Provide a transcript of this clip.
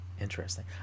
interesting